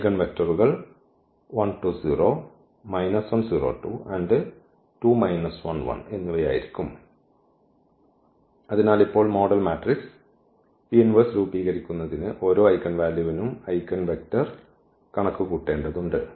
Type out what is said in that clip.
ഐഗൻവെക്ടറുകൾ അതിനാൽ ഇപ്പോൾ model matrix രൂപീകരിക്കുന്നതിന് ഓരോ ഐഗൻവാല്യൂവിനും ഐഗൻവെക്റ്റർ കണക്കുകൂട്ടേണ്ടതുണ്ട്